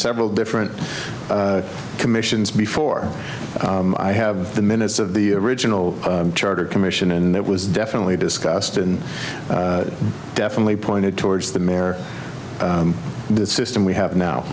several different commissions before i have the minutes of the original charter commission and it was definitely discussed and definitely pointed towards the mare system we have now